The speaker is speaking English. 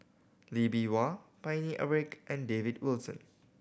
Lee Bee Wah Paine Eric and David Wilson